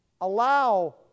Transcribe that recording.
allow